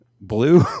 blue